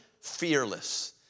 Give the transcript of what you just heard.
fearless